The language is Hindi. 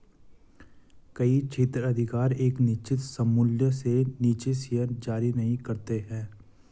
कई क्षेत्राधिकार एक निश्चित सममूल्य से नीचे शेयर जारी नहीं करते हैं